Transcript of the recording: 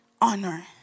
Honor